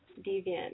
Deviant